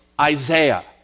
Isaiah